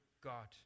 God